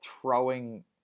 throwing